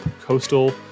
coastal